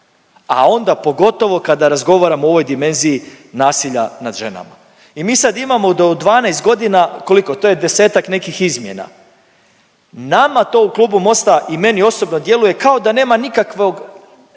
A onda pogotovo kada razgovaramo o ovoj dimenziji nasilja nad ženama. I mi sad imamo do 12 godina, koliko? To je desetak nekih izmjena. Nama to u klubu Mosta i meni osobno djeluje kao da nema nikakvog